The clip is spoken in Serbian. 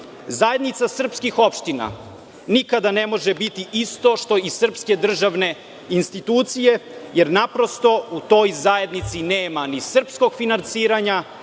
Zajednica srpskih opština nikada ne može biti isto što i srpske državne institucije, jer naprosto u toj zajednici nema srpskog finansiranja,